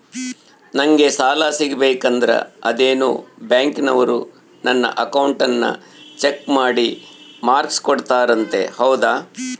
ನಂಗೆ ಸಾಲ ಸಿಗಬೇಕಂದರ ಅದೇನೋ ಬ್ಯಾಂಕನವರು ನನ್ನ ಅಕೌಂಟನ್ನ ಚೆಕ್ ಮಾಡಿ ಮಾರ್ಕ್ಸ್ ಕೋಡ್ತಾರಂತೆ ಹೌದಾ?